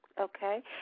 Okay